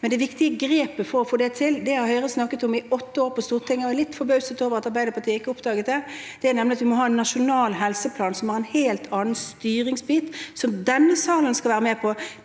Det viktige grepet for å få det til har Høyre snakket om i åtte år på Stortinget – jeg er litt forbauset over at Arbeiderpartiet ikke har oppdaget det. Det er nemlig at vi må ha en nasjonal helseplan med en helt annen styringsbit, som denne salen skal være med på.